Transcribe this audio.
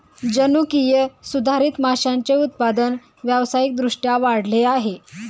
जनुकीय सुधारित माशांचे उत्पादन व्यावसायिक दृष्ट्या वाढले आहे